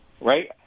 right